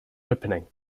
opening